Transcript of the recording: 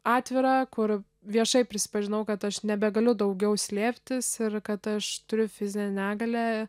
atvirą kur viešai prisipažinau kad aš nebegaliu daugiau slėptis ir kad aš turiu fizinę negalią